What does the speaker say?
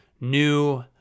new